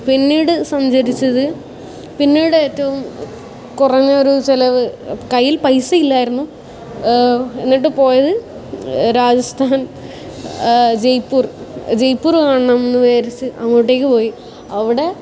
പിന്നീട് സഞ്ചരിച്ചത് പിന്നീട് ഏറ്റവും കുറഞ്ഞ ഒരു ചിലവ് കയ്യിൽ പൈസ ഇല്ലായിരുന്നു എന്നിട്ട് പോയത് രാജസ്ഥാൻ ജയ്പൂർ ജയ്പൂർ കാണണം എന്ന് വിചാരിച്ച് അങ്ങോട്ടേയ്ക്ക് പോയി അവിടെ